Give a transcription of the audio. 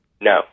No